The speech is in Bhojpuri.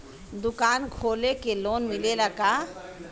दुकान खोले के लोन मिलेला का?